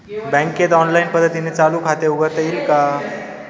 बँकेत ऑनलाईन पद्धतीने चालू खाते उघडता येईल का?